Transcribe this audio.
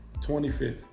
25th